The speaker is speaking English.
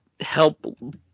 help